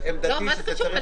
מה זה קשור?